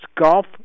golf